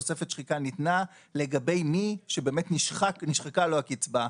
תוספת שחיקה ניתנה לגבי מי שבאמת נשחקה לו הקצבה.